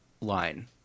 line